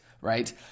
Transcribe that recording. right